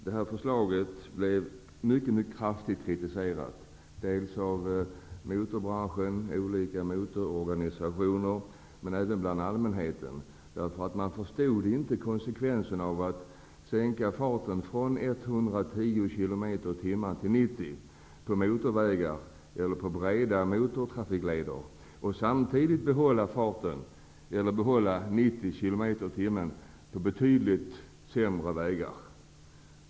Beslutet blev mycket kraftigt kritiserat av motorbranschen och olika motororganisationer men även bland allmänheten. Man förstod inte konsekvensen i att sänka farten från 110 km tim på motorvägar och breda motortrafikleder och samtidigt behålla gränsen 90 km/tim på betydligt sämre vägar.